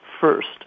first